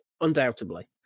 Undoubtedly